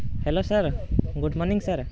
hello sir good morning sir